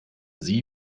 sie